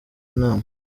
nama